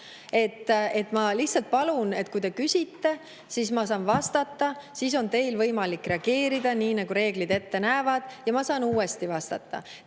Ma lihtsalt palun, et kui te küsite, siis ma saan vastata, siis on teil võimalik reageerida, nii nagu reeglid ette näevad, ja ma saan uuesti vastata.